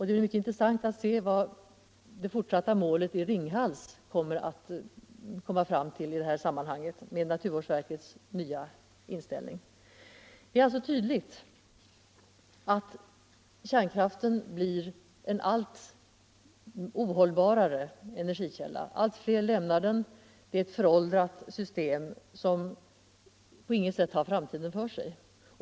Det skall bli intressant att se vilket vattendomstolens domslut kommer att bli vid Ringhals efter naturvårdsverkets nya inställning. Det är alltså tydligt att kärnkraften blir en allt ohållbarare energikälla. Allt fler lämnar den, systemet är föråldrat och har inte framtiden för sig.